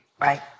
Right